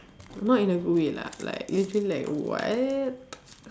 not in a good way lah like usually like what